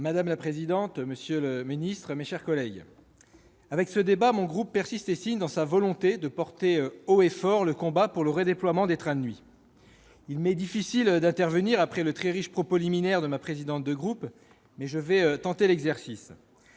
Madame la présidente, monsieur le secrétaire d'État, mes chers collègues, avec ce débat, les élus de mon groupe persistent et signent dans leur volonté de porter haut et fort le combat pour le redéploiement des trains de nuit. Il m'est difficile d'intervenir après le très riche propos liminaire de ma présidente de groupe, mais je vais tenter l'exercice